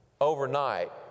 Overnight